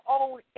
own